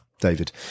David